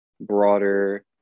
broader